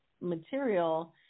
material